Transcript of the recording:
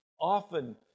Often